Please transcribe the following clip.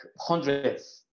hundreds